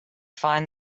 find